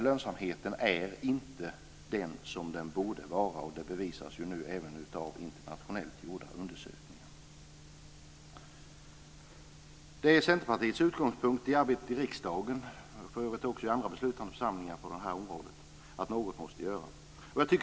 Lönsamheten är inte vad den borde vara. Det bevisas också av internationellt gjorda undersökningar. Det är Centerpartiets utgångspunkt i arbetet i riksdagen - för övrigt också i andra beslutande församlingar på området - att något måste göras.